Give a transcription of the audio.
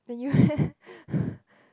then you eh